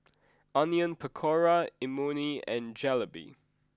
Onion Pakora Imoni and Jalebi